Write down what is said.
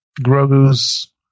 Grogu's